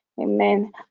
Amen